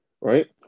Right